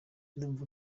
ndumva